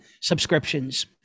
subscriptions